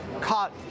caught